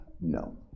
No